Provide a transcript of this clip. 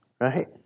right